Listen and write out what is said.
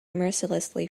mercilessly